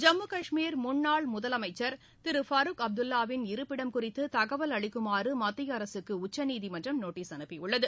ஜம்மு கஷமீர் முன்னாள் முதலமைச்சர் திரு ஃபருக் அப்துல்லா வின் இருப்பிடம் குறித்து தகவல் அளிக்குமாறு மத்திய அரசுக்கு உச்சநீதிமன்றம் நோட்டீஸ் அனுப்பியுள்ளது